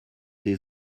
des